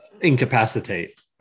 incapacitate